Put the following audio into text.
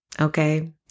Okay